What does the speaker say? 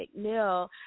McNeil